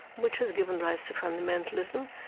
which has given rise to fundamentalism.